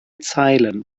zeilen